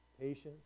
Patience